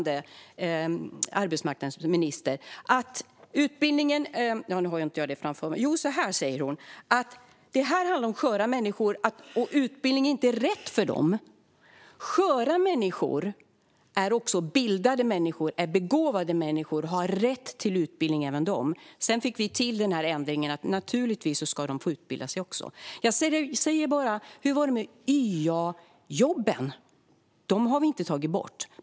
Så här sa den förra utbildningsministern: Det här handlar om sköra människor, och utbildning är inte rätt för dem. Sköra människor är också bildade och begåvande människor. Även de har rätt till utbildning. Vi fick senare till en ändring. Naturligtvis ska även de få utbilda sig. Och hur var det med YA-jobben? Dem har vi inte tagit bort.